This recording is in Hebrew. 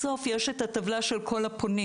בסוף יש את הטבלה של כל הפונים,